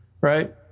right